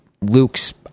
Luke's